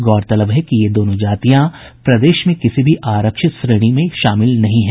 गौरतलब है कि ये दोनों जातियां प्रदेश में किसी भी आरक्षित श्रेणी में शामिल नहीं हैं